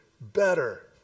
better